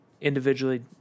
individually